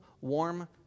warm